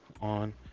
on